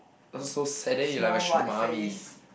what a so sad then you're like my sugar mummy